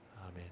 Amen